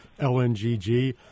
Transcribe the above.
LNGG